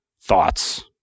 thoughts